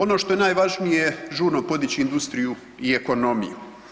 Ono što je najvažnije, žurno podići industriju i ekonomiju.